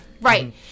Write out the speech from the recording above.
Right